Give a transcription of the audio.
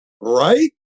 right